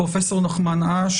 פרופ' נחמן אש.